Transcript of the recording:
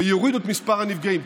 ויורידו את מספר הנפגעים?